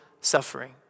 suffering